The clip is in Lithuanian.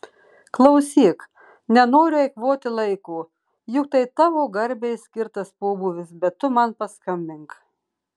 klausyk nenoriu eikvoti laiko juk tai tavo garbei skirtas pobūvis bet tu man paskambink